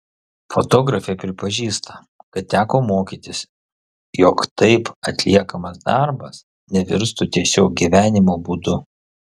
fotografė pripažįsta kad teko mokytis jog taip atliekamas darbas nevirstų tiesiog gyvenimo būdu